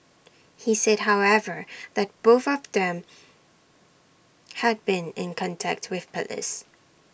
he said however that both of them had been in contact with Police